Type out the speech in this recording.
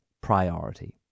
priority